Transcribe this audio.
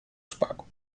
spago